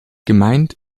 gemeint